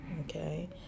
Okay